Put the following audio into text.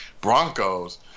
Broncos